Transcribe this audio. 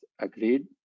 agreed